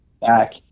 back